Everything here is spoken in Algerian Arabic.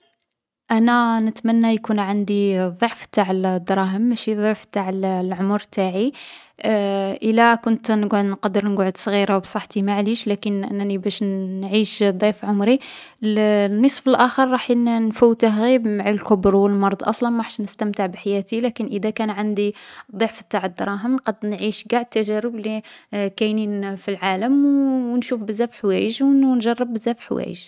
أنا نتمنى يكون عندي ضعف تاع الدراهم ماشي ضعف تاع الـ العمر تاعي. إلا كنت نكون نقدر نقعد صغيرة و بصحتي ماعليش لكن أنني باش نـ نعيش ضعف عمري، الـ النصف الآخر راح نـ نفوته غي مع الكُبر و المرض أصلا ماحش نستمتع بحياتي. لكن إذا كان عندي ضعف تاع الدراهم، نقد نعيش قاع التجارب لي كاينين في العالم و و نشوف بزاف حوايج و نـ نجرّب بزاف حوايج.